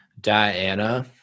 Diana